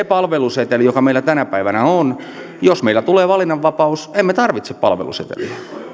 palveluseteliin joka meillä tänä päivänä on niin jos meillä tulee valinnanvapaus emme tarvitse palveluseteliä